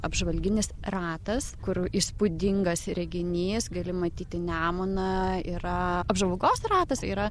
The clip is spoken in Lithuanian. apžvalginis ratas kur įspūdingas reginys gali matyti nemuną yra apžvalgos ratas yra